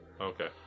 Okay